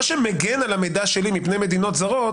מה שמגן על המידע שלי מפני מדינות זרות,